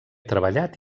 treballat